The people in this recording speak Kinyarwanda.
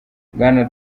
bwana